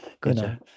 Good